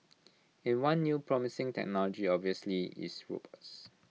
and one new promising technology obviously is robots